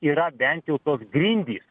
yra bent jau tos grindys